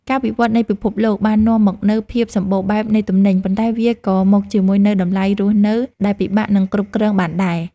ការវិវត្តនៃពិភពលោកបាននាំមកនូវភាពសម្បូរបែបនៃទំនិញ ប៉ុន្តែវាក៏មកជាមួយនូវតម្លៃរស់នៅដែលពិបាកនឹងគ្រប់គ្រងបានដែរ។